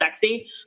sexy